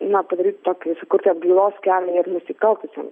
na padaryti tokį sukurti atgailos kelią ir nusikaltusiems